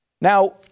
Now